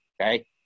Okay